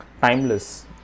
timeless